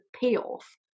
payoff